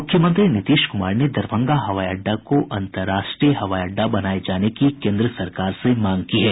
मुख्यमंत्री नीतीश कुमार ने दरभंगा हवाई अड्डा को अंतर्राष्ट्रीय हवाई अड्डा बनाए जाने की की केंद्र सरकार से मांग की है